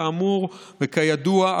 כאמור וכידוע,